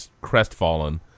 crestfallen